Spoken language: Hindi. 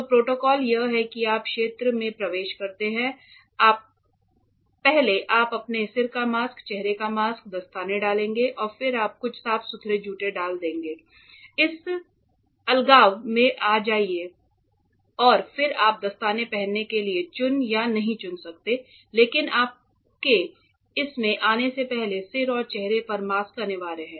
तो प्रोटोकॉल यह है कि आप क्षेत्र में प्रवेश करते हैं पहले आप अपना सिर का मास्क चेहरे का मास्क दस्ताने डालेंगे और फिर आप साफ सुथरे जूते डाल देंगे और इस अलगाव में आ जाएंगे और फिर आप दस्ताने पहनने के लिए चुन या नहीं चुन सकते हैं लेकिन आपके इसमें आने से पहले सिर और चेहरे पर मास्क अनिवार्य है